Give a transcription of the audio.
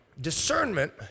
Discernment